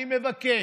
אני מבקש,